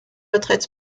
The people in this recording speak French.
retraite